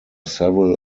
several